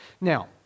Now